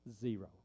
zero